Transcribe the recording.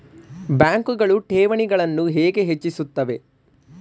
ಬ್ಯಾಂಕುಗಳು ಠೇವಣಿಗಳನ್ನು ಹೇಗೆ ಹೆಚ್ಚಿಸುತ್ತವೆ?